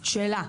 שאלה.